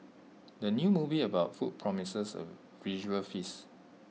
the new movie about food promises A visual feast